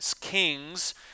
Kings